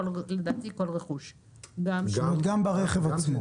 גם ברכב עצמו.